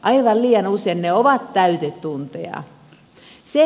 aivan liian usein ne ovat täytetunteja